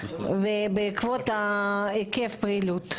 ובעקבות היקף הפעילות.